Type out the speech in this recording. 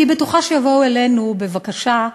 אני בטוחה שיבואו אלינו בבקשה,